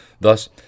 Thus